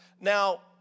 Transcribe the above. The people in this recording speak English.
Now